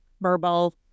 verbal